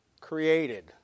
Created